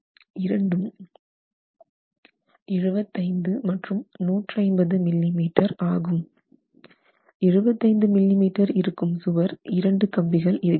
இரண்டும் 75 மற்றும் 150 மில்லிமீட்டர் ஆகும் 75 மில்லிமீட்டர் இருக்கும் சுவர் இரண்டு கம்பிகள் இருக்கிறது